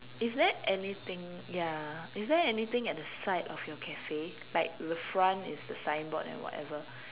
is there anything ya is there anything at the side of your cafe like the front is the signboard and whatever